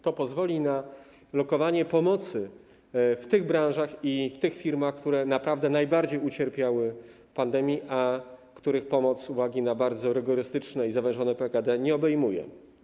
To pozwoli na lokowanie pomocy w tych branżach i tych firmach, które najbardziej ucierpiały w pandemii, a których pomoc z uwagi na bardzo rygorystyczne i zawężone PKD nie obejmuje.